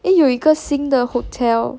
eh 有一个新的 hotel